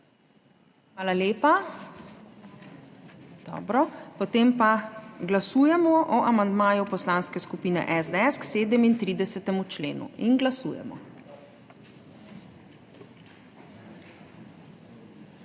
Hvala lepa. Dobro. Glasujemo o amandmaju Poslanske skupine SDS k 37. členu. Glasujemo.